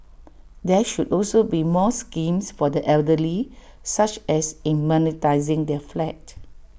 there should also be more schemes for the elderly such as in monetising their flat